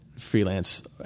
freelance